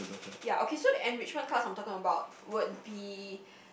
ya okay so the enrichment class I'm talking about would be